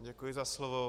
Děkuji za slovo.